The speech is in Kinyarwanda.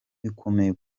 bikomeye